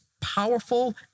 powerful